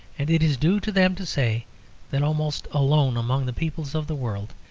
and it is due to them to say that almost alone among the peoples of the world,